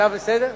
עכשיו בסדר?